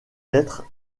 lettres